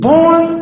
born